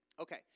Okay